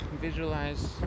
Visualize